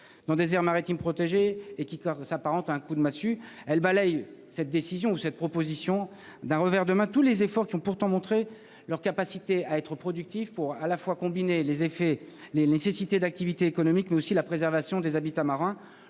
dans des aires maritimes protégées et qui s'apparente à un coup de massue, elle balaye cette décision ou cette proposition d'un revers de main tous les efforts qui ont pourtant montré leur capacité à être productif pour à la fois combiner les effets, les nécessités d'activité économique mais aussi la préservation des habitats marins.